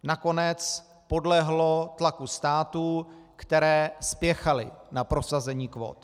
Nakonec podlehlo tlaku států, které spěchaly na prosazení kvót.